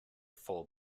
full